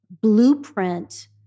blueprint